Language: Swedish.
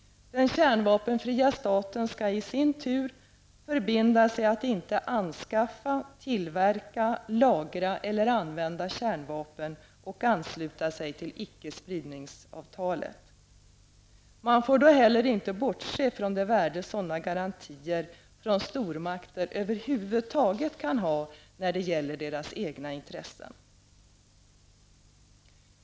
Den kärnvapenfria staten skall i sin tur förbinda sig att inte anskaffa, tillverka, lagra eller använda kärnvapen och ansluta sig till ickespridningsavtalet. Man får då heller inte bortse från det värde sådana garantier från stormakter över huvud taget kan ha när det gäller deras egna intressen.